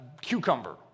cucumber